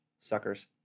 Suckers